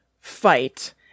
fight